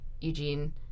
Eugene